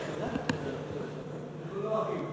אנחנו לא אחים.